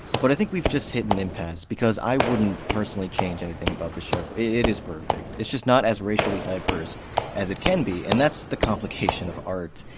but i think we've just hit an impasse, because i wouldn't personally change anything about the show it is perfect, it's just not as racially diverse as it can be, and that's the complication of art.